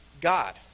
God